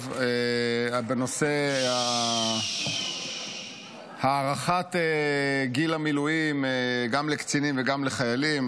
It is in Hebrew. בנושא הארכת גיל המילואים גם לקצינים וגם לחיילים,